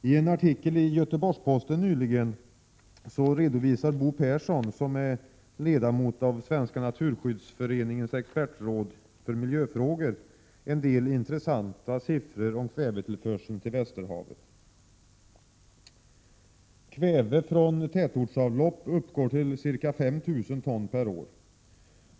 I en artikel i Göteborgs-Posten nyligen redovisar Bo Persson, som är ledamot av Svenska naturskyddsföreningens expertråd i miljöfrågor, en del intressanta siffror om kvävetillförseln till Västerhavet. Kväve från tätortsavlopp uppgår till ca 5 000 ton per år.